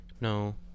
No